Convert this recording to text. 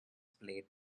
play